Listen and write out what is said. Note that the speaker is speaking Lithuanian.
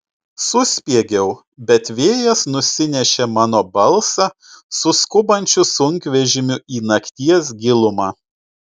suspiegiau bet vėjas nusinešė mano balsą su skubančiu sunkvežimiu į nakties gilumą